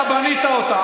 אתה בנית אותה.